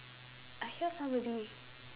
I hear somebody